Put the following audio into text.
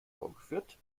vorgeführt